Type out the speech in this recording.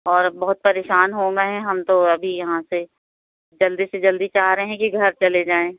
और बहुत परेशान हूँ मैं हम तो अभी यहाँ से जल्दी से जल्दी चाह रहें कि घर चले जाएँ